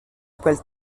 quel